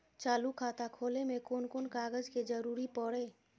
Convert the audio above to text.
चालु खाता खोलय में कोन कोन कागज के जरूरी परैय?